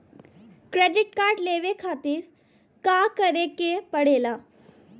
Credit card लेवे खातिर का करे के पड़ेला?